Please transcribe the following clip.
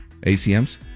ACMs